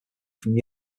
from